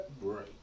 Right